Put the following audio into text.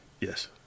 yes